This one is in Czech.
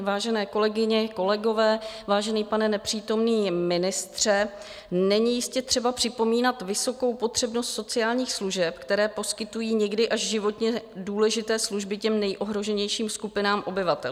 Vážené kolegyně, kolegové, vážený pane nepřítomný ministře, není jistě třeba připomínat vysokou potřebnost sociálních služeb, které poskytují někdy až životně důležité služby nejohroženějším skupinám obyvatel.